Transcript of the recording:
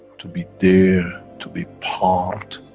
to be there, to be part.